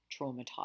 traumatized